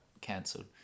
cancelled